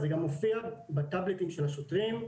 זה גם מופיע בטאבלטים של השוטרים,